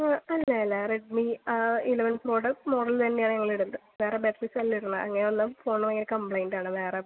ഓ അല്ലല്ല Redmi eleven model model തന്നെയാണ് ഞങ്ങൾ ഇടുന്നത് വേറെ ബാറ്ററീസ് അല്ല ഇടുന്നത് അങ്ങനെ വന്നാൽ ഫോണിന് കംപ്ലൈൻറ് ആണ് വേറെ